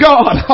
God